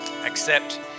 accept